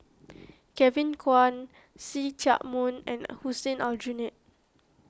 Kevin Kwan See Chak Mun and Hussein Aljunied